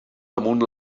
damunt